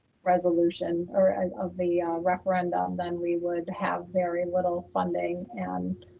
resolution or and of the referendum, then we would have very little funding. and